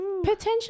Potentially